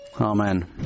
Amen